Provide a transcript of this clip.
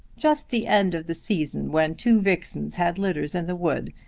just the end of the season, when two vixens had litters in the wood!